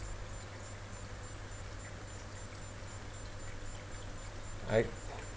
I